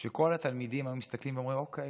שכל התלמידים היו מסתכלים ואומרים: אוקיי,